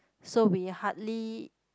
so we hardly